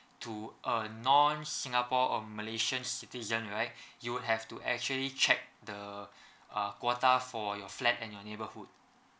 to a non singapore or malaysian citizen right you have to actually check the uh quota for your flat and your neighbourhood